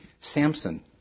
Samson